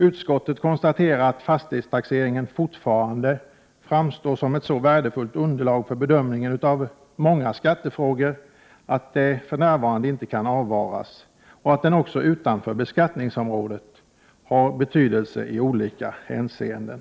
Utskottet konstaterar att fastighetstaxeringen fortfarande framstår som ett så värdefullt underlag för bedömningen av många skattefrågor att den för närvarande inte kan avvaras och att den också utanför beskattningsområdet har betydelse i olika hänseenden.